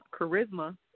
charisma